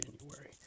January